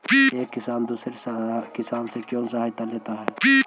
एक किसान दूसरे किसान से क्यों सहायता लेता है?